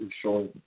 showing